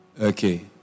Okay